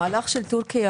המהלך של טורקיה,